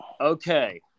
Okay